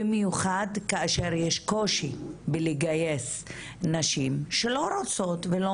במיוחד כאשר יש קושי לגייס נשים שלא רוצות ולא